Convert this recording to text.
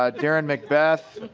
ah darren mcbeth.